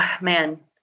man